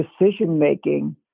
decision-making